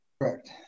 Correct